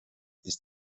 ist